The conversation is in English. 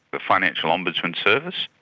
the financial ombudsman service.